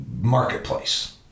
marketplace